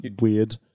weird